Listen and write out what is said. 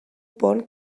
pont